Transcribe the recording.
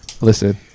Listen